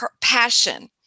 passion